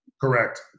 Correct